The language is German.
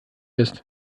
ist